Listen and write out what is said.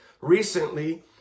Recently